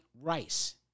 rice